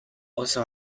also